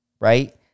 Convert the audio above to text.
right